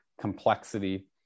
complexity